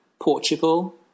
Portugal